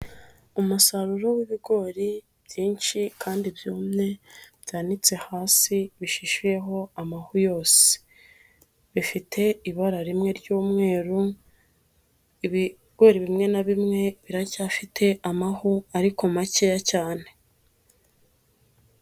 Umusaruro w'ibigori byinshi kandi byumye byanitse hasi bishishuyeho amahu yose, bifite ibara rimwe ry'umweru ibigori bimwe na bimwe biracyafite amahu ariko makeya cyane.